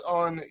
on